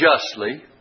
justly